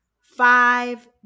Five